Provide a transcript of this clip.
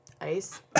ICE